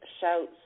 shouts